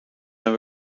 zijn